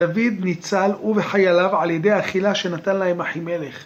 דוד ניצל, הוא וחייליו, על ידי האכילה שנתן להם אחי מלך.